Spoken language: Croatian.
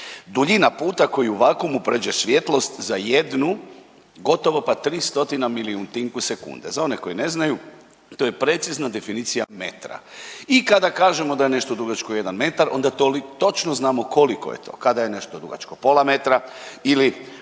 duljina puta koju u vakuumu prijeđe svijetlost za jednu gotovo pa tri stotina milijutinku sekunde. Za one koji ne znaju to je precizna definicija metra i kada kažemo da je nešto dugačko jedan metar onda točno znamo koliko je to, kada je nešto dugačko pola metra ili